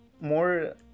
more